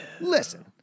listen